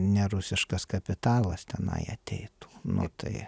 ne rusiškas kapitalas tenai ateitų nu tai